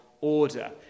order